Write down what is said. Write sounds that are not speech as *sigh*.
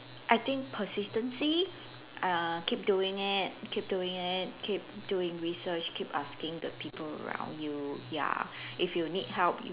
I think persistence uh keep doing it keep doing it keep doing research keep asking the people around you ya *breath* if you need help you